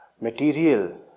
material